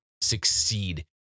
succeed